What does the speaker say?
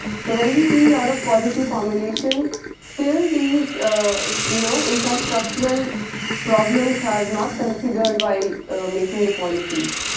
so, when we see lot of policy formulation still these you know infrastructural problems are not considered while making the policies.